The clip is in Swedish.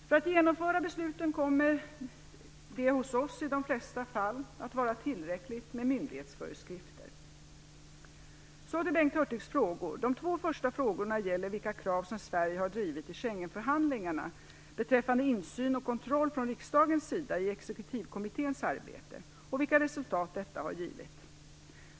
För att genomföra besluten kommer det hos oss i de flesta fall att vara tillräckligt med myndighetsföreskrifter. Så till Bengt Hurtigs frågor. De två första frågorna gäller vilka krav som Sverige har drivit i Schengenförhandlingarna beträffande insyn och kontroll från riksdagens sida i exekutivkommitténs arbete och vilka resultat detta har givit.